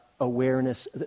awareness